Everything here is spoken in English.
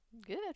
Good